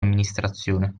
amministrazione